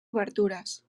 obertures